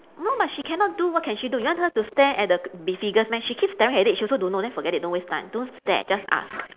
no but she cannot do what can she do you want her to stare at the the figures meh she keep staring at it she also don't know then forget it don't waste time don't stare just ask